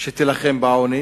שתילחם בעוני